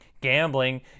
Gambling